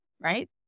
right